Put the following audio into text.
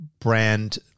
brand